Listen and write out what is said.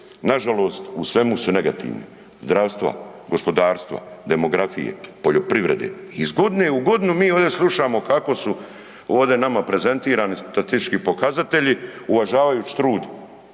nažalost u svemu su negativni, zdravstva, gospodarstva, demografije, poljoprivrede. Iz godine u godinu mi ovdje slušamo kako su ovdje nama prezentirani statistički pokazatelji uvažavajući trud,